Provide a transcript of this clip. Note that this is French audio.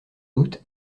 doute